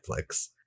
netflix